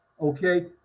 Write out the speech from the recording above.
Okay